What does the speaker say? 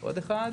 זהו,